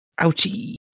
Ouchie